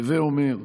הווה אומר,